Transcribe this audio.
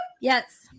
Yes